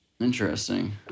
interesting